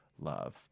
love